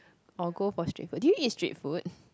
or go for street food do you eat street food